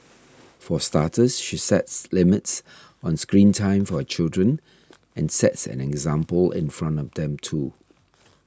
for starters she sets limits on screen time for her children and sets an example in front of them too